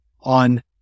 on